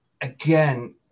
again